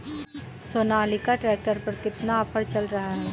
Sonalika tractor पर कितना offer चल रहा है?